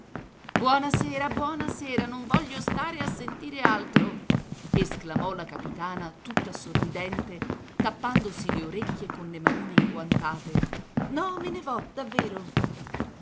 buona sera buona sera non voglio stare a sentire altro esclamò la capitana tutta sorridente tappandosi le orecchie con le manine inguantate no me ne vo davvero